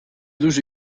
duzu